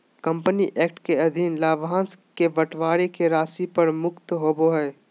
company act के अधीन लाभांश के बंटवारा के राशि कर मुक्त होबो हइ